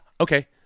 okay